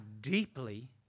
deeply